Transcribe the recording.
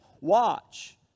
watch